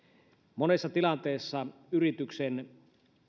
monessa tilanteessa yrityksen